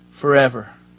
forever